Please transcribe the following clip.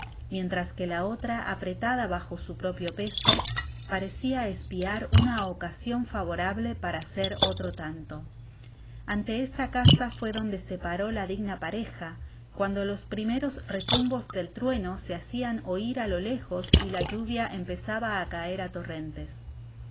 mientras que la otra apretada bajo su propio peso parecia espiar una ocasion favorable para hacer otro tanto ante esta casa fué donde se paró la digna pareja cuando los primeros retumbos del trueno se hacian oir á lo lejos y la ftuvia empezaba á caer á torrentes